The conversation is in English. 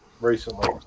recently